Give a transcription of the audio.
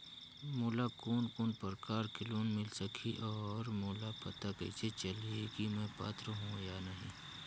मोला कोन कोन प्रकार के लोन मिल सकही और मोला पता कइसे चलही की मैं पात्र हों या नहीं?